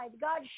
God